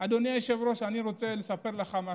אדוני היושב-ראש, אני רוצה לספר לך משהו,